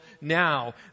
now